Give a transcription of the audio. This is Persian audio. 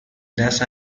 دست